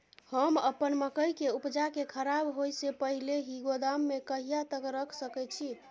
हम अपन मकई के उपजा के खराब होय से पहिले ही गोदाम में कहिया तक रख सके छी?